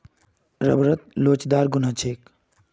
रबरत लोचदार गुण ह छेक